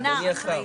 אדוני השר,